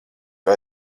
vai